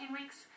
weeks